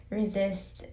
resist